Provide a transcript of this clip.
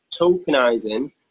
tokenizing